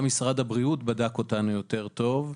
גם משרד הבריאות בדק אותנו יותר טוב.